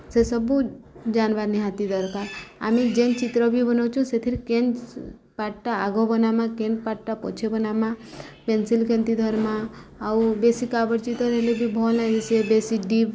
ସେସବୁ ଜାନ୍ବାର୍ ନିହାତି ଦର୍କାର୍ ଆମେ ଯେନ୍ ଚିତ୍ର ବି ବନଉଛୁ ସେଥିରେ କେନ୍ ପାର୍ଟ୍ଟା ଆଗ ବନାମା କେନ୍ ପାର୍ଟ୍ଟା ପଛେ ବନାମା ପେନ୍ସିଲ୍ କେନ୍ତି ଧର୍ମା ଆଉ ବେଶୀ କାବର୍ ଚିତ୍ର ହେଲେ ବି ଭଲ୍ ନାହିଁ ଦିଶେ ବେଶୀ ଡିପ୍